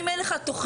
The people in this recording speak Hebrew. אם אין לך תוכנית,